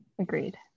agreed